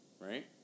right